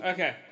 Okay